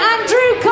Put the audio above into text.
Andrew